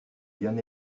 bien